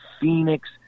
Phoenix